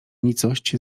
nicość